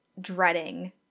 dreading